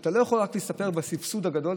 אתה לא יכול להסתפק רק בסבסוד הגדול,